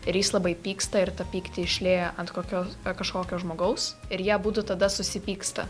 ir jis labai pyksta ir tą pyktį išlieja ant kokios kažkokio žmogaus ir jie abudu tada susipyksta